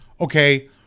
Okay